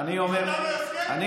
לא